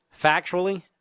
Factually